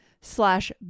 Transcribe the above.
Slash